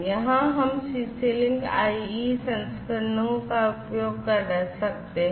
यहां हम CC link IE संस्करण का उपयोग कर सकते हैं